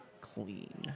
clean